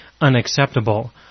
unacceptable